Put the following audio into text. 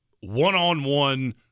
one-on-one